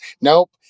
nope